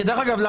דרך אגב,